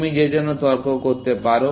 আপনি যে জন্য তর্ক করতে পারেন